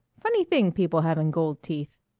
funny thing people having gold teeth.